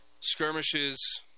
Skirmishes